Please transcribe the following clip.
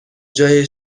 جای